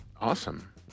Awesome